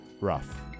rough